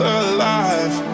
alive